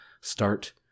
start